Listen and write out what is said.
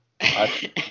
I